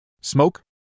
Smoke